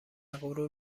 غرور